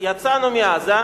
יצאנו מעזה,